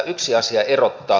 yksi asia erottaa